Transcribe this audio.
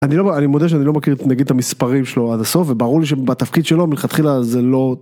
אני מודה שאני לא מכיר נגיד את המספרים שלו עד הסוף וברור לי שבתפקיד שלו מלכתחילה זה לא